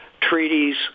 treaties